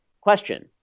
Question